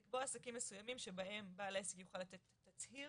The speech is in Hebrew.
לקבוע עסקים מסוימים שבהם בעל עסק יכול לתת תצהיר,